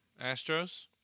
Astros